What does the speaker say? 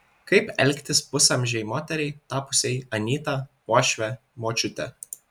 kaip elgtis pusamžei moteriai tapusiai anyta uošve močiute